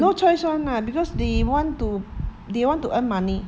no choice [one] lah because they want to they want to earn money